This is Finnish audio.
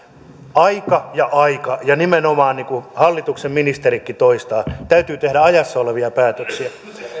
aika ja aika ja nimenomaan niin kuin hallituksen ministeritkin toistavat täytyy tehdä ajassa olevia päätöksiä